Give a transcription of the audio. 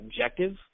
objective